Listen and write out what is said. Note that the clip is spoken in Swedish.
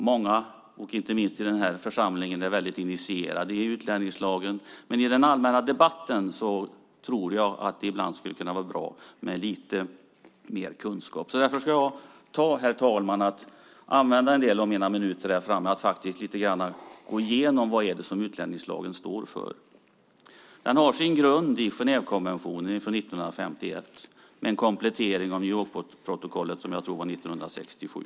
Många, inte minst i denna församling, är väldigt initierade när det gäller utlänningslagen. Men i den allmänna debatten tror jag att det ibland skulle kunna vara bra med lite mer kunskap. Därför ska jag, herr talman, använda en del av mina talarminuter till att lite grann gå igenom vad utlänningslagen står för. Utlänningslagen har sin grund i Genèvekonventionen från 1951, med en komplettering av New York-protokollet som jag tror gjordes 1967.